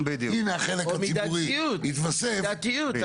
הנה החלק הציבורי יתווסף --- מידתיות.